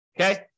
Okay